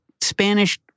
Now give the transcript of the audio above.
Spanish